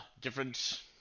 different